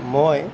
মই